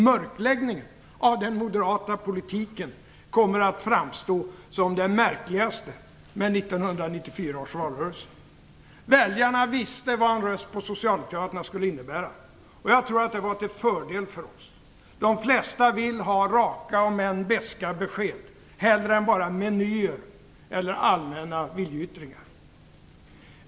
Mörkläggningen av den moderata politiken kommer att framstå som den märkligaste med 1994 års valrörelse. Väljarna visste vad en röst på Socialdemokraterna skulle innebära. Jag tror att det var till fördel för oss. De flesta vill hellre ha raka, om än beska, besked än bara menyer eller allmänna viljeyttringar.